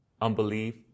unbelief